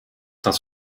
das